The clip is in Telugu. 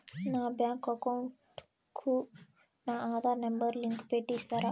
నా బ్యాంకు అకౌంట్ కు నా ఆధార్ నెంబర్ లింకు పెట్టి ఇస్తారా?